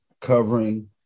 covering